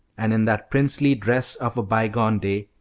and in that princely dress of a bygone day,